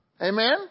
Amen